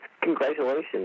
Congratulations